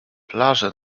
plaże